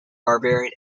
barbarian